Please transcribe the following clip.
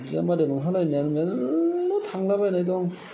बिजामादै मोनखा लायनायानो मेरला थांलाबायनाय दं